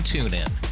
TuneIn